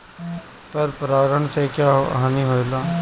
पर परागण से क्या हानि होईला?